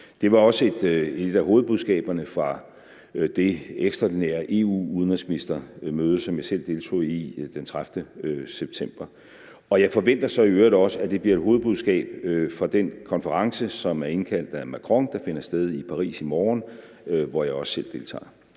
Det var også et af hovedbudskaberne fra det ekstraordinære EU-udenrigsministermøde, som jeg selv deltog i den 30. september, og jeg forventer så i øvrigt også, at det bliver et hovedbudskab fra den konference, som er indkaldt af Macron, og som finder sted i Paris i morgen, og hvor jeg også selv deltager.